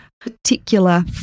particular